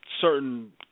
certain